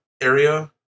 area